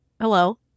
Hello